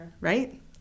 right